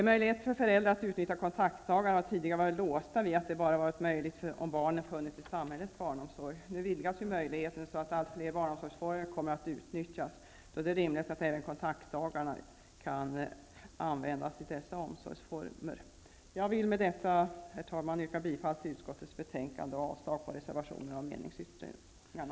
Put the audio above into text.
Möjlighet för föräldrar att utnyttja kontaktdagar har tidigare varit låst vid att det bara varit möjligt om barnet funnits i samhällets barnomsorg. Nu vidgas ju möjligheten, så att allt fler barnomsorgsformer kommer att utnyttjas. Då är det rimligt att kontaktdagarna kan användas även i dessa omsorgsformer. Jag vill med detta, herr talman, yrka bifall till utskottets betänkande och avslag på reservationerna och meningsyttringarna.